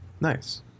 Nice